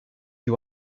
you